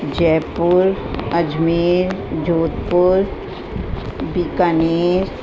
Jaipur Ajmer Jodhpur Bikaner